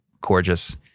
gorgeous